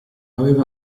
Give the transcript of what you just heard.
aveva